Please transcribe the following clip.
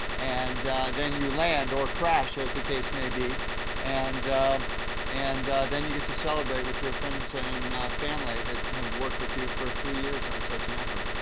and then you land or crash as the case may be and and then you get to celebrate with your friends and family that have worked with you for three years on such an effort.